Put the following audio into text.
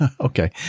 Okay